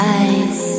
eyes